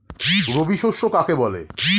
রবি শস্য কাকে বলে?